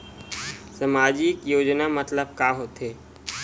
सामजिक योजना मतलब का होथे?